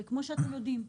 כמו שאתם יודעים,